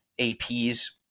APs